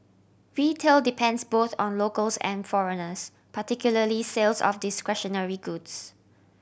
retail depends both on locals and foreigners particularly sales of discretionary goods